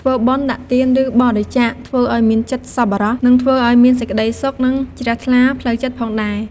ធ្វើបុណ្យ ដាក់ទាន ឬ បរិច្ចាគ ធ្វើអោយមានចិត្តសប្បុរសនឹងធ្វើអោយមានសេចក្តីសុខនិងជ្រះថ្លាផ្លូវចិត្តផងដែរ។